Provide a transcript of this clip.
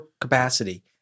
capacity